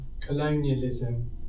Colonialism